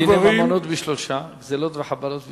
דיני ממונות בשלושה, גזלות וחבלות בשלושה,